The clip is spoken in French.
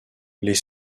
les